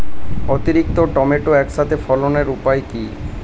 অতিরিক্ত টমেটো একসাথে ফলানোর উপায় কী?